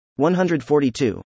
142